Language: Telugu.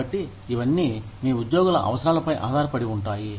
కాబట్టి ఇవన్నీ మీ ఉద్యోగుల అవసరాలపై ఆధారపడి ఉంటాయి